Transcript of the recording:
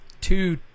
two